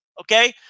okay